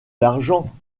l’argent